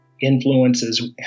influences